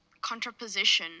contraposition